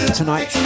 tonight